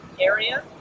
area